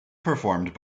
performed